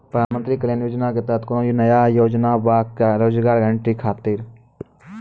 प्रधानमंत्री कल्याण योजना के तहत कोनो नया योजना बा का रोजगार गारंटी खातिर?